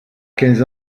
quinze